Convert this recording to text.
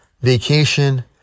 vacation